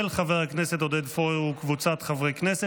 של חבר הכנסת עודד פורר וקבוצת חברי הכנסת.